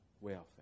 welfare